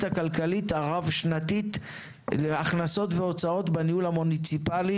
הכלכלית הרב-שנתית להכנסות והוצאות בניהול המוניציפלי,